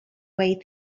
way